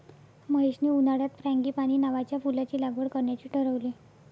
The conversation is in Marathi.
महेशने उन्हाळ्यात फ्रँगीपानी नावाच्या फुलाची लागवड करण्याचे ठरवले